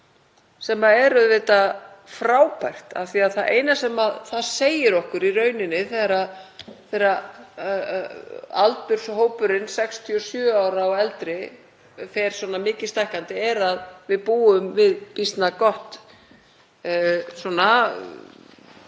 sem er auðvitað frábært af því að það eina sem það segir okkur í rauninni þegar aldurshópurinn 67 ára og eldri fer svona mikið stækkandi er að við búum við býsna gott